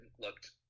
looked